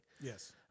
Yes